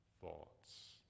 thoughts